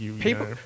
People